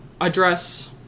address